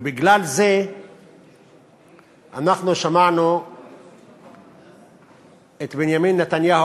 ובגלל זה אנחנו שמענו את בנימין נתניהו